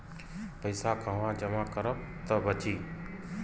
पैसा कहवा जमा करब त बची?